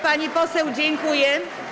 Pani poseł, dziękuję.